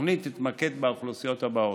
התוכנית תתמקד באוכלוסיות הבאות: